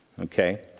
okay